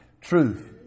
Truth